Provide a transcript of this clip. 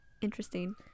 interesting